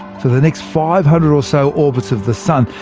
for the next five hundred or so orbits of the sun,